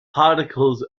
particles